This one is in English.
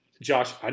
Josh